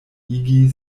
igi